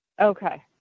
Okay